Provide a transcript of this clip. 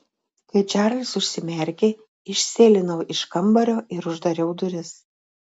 kai čarlis užsimerkė išsėlinau iš kambario ir uždariau duris